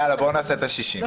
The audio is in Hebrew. יאללה, בואו נעשה את ה-60.